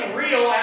real